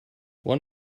one